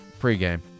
pregame